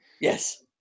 yes